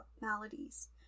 maladies